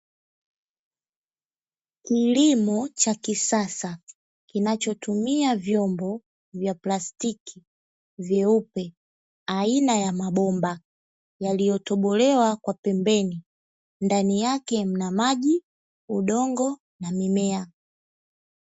Kilimo cha kisasa kinachotumia vyombo vya plastiki vyeupe aina ya mabomba, yaliyotobolewa kwa pembeni; ndani yake mna maji, udongo na mimea.